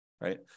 right